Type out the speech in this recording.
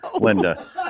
Linda